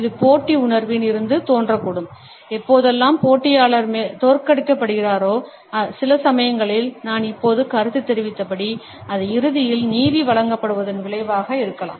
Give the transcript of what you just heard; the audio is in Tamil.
இது போட்டி உணர்வில் இருந்து தோன்றக்கூடும் எப்போதெல்லாம் போட்டியாளர் தோற்கடிக்கப்படுகிறாரோ சில சமயங்களில் நான் இப்போது கருத்து தெரிவித்தபடி அது இறுதியில் நீதி வழங்கப்படுவதன் விளைவாக இருக்கலாம்